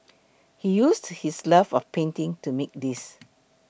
he used his love of painting to make these